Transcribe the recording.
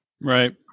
Right